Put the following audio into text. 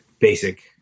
basic